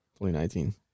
2019